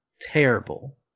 terrible